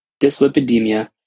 dyslipidemia